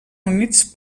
units